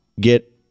get